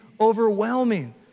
overwhelming